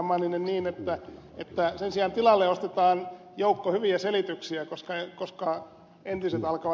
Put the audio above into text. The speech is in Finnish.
manninen niin että sen sijaan tilalle ostetaan joukko hyviä selityksiä koska entiset alkavat jo loppua